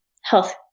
health